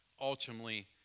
ultimately